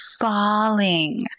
falling